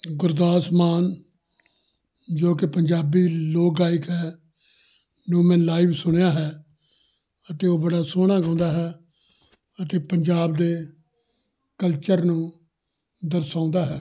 ਗੁਰਦਾਸ ਮਾਨ ਜੋ ਕਿ ਪੰਜਾਬੀ ਲੋਕ ਗਾਇਕ ਹੈ ਨੂੰ ਮੈਂ ਲਾਈਵ ਸੁਣਿਆ ਹੈ ਅਤੇ ਉਹ ਬੜਾ ਸੋਹਣਾ ਗਾਉਂਦਾ ਹੈ ਅਤੇ ਪੰਜਾਬ ਦੇ ਕਲਚਰ ਨੂੰ ਦਰਸਾਉਂਦਾ ਹੈ